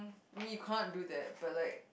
we can't do that but like